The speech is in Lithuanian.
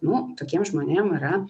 nu tokiem žmonėm yra